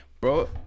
Bro